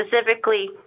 specifically